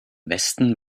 westen